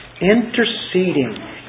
Interceding